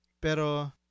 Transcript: Pero